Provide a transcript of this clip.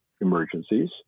emergencies